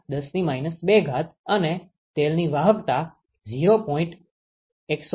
25×10 2 Nsm² અને તેલની વાહકતા 0